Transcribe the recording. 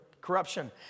corruption